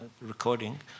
recording